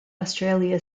australia